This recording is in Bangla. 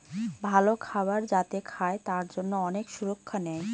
ভালো খাবার যাতে খায় তার জন্যে অনেক সুরক্ষা নেয়